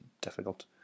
difficult